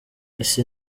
isi